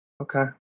okay